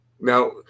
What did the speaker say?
Now